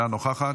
אינה נוכחת,